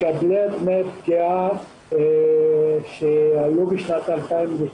מקבלי דמי פגיעה שהיו בשנת 2019